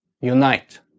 unite